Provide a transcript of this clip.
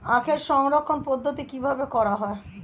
আখের সংরক্ষণ পদ্ধতি কিভাবে করা হয়?